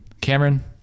Cameron